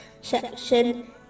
section